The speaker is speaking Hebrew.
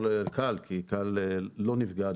לא ל-ק.א.ל כי ק.א.ל לא נפגעה,